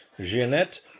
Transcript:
Jeanette